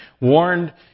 warned